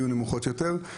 יהיו נמוכות יותר.